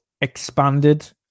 expanded